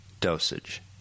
dosage